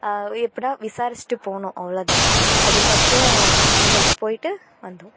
எப்புடினா விசாரித்துட்டு போகணும் அவ்வளோதான் அதுக்கப்புறம் அங்கே அப்படி போயிட்டு வந்தோம்